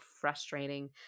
frustrating